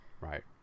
Right